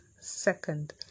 second